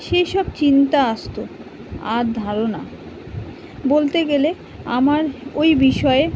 সেই সব চিন্তা আসত আর ধারণা বলতে গেলে আমার ওই বিষয়ে